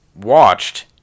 watched